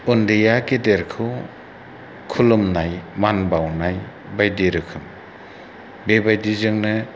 उन्दैया गेदेरखौ खुलुमनाय मान बावनाय बायदि रोखोम बेबायदि जोंनो